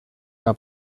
una